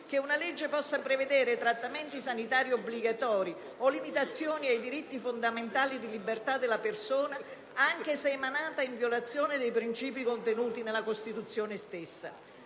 che una legge possa prevedere trattamenti sanitari obbligatori o limitazioni ai diritti fondamentali di libertà della persona, anche se emanata in violazione dei princìpi contenuti nella Costituzione stessa.